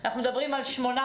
אנחנו מדברים על 800